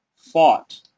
Fought